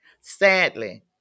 Sadly